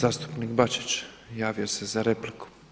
Zastupnik Bačić javio se za repliku.